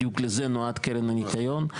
שבדיוק לזה נועדה קרן הניקיון.